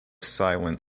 silent